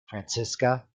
francesca